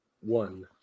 one